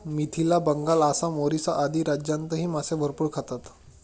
मिथिला, बंगाल, आसाम, ओरिसा आदी राज्यांतही मासे भरपूर खातात